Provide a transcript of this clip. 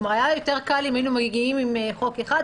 כלומר, היה יותר קל אם היינו מגיעים עם חוק אחד.